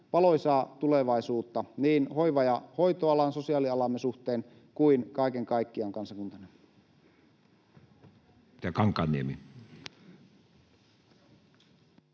valoisaa tulevaisuutta niin hoiva- ja hoitoalan — sosiaalialamme — suhteen kuin kaiken kaikkiaan kansakuntana.